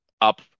up